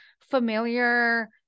familiar